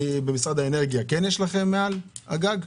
במשרד האנרגיה יש לכם פנלים מעל הגג?